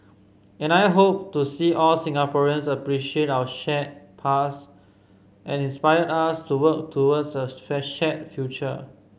and I hope to see all Singaporeans appreciate our shared past and inspire us to work towards a shared future